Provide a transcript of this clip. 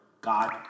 God